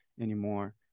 anymore